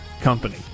company